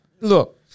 look